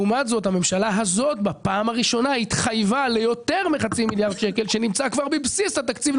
הממשלה הזאת פעם ראשונה התחייבה ליותר מחצי מיליארד שקל בבסיס התקציב.